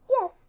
Yes